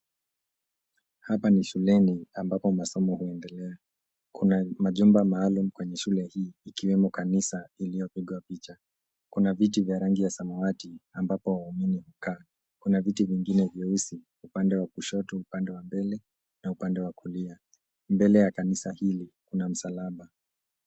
Hapa ni shuleni ambapo masomo huendelea. Kuna majumba maalum kwenye shule hii ikiwemo kanisa iliyopigwa picha. Kuna viti vya rangi ya samawati ambapo wageni hukaa. Kuna viti vingine vyeusi upande kushoto, upande wa mbele na upande wa kulia .Mbele ta kanisa hili kuna msalaba.